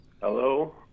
Hello